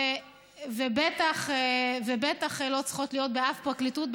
בטח לא צריכות להיות באף פרקליטות,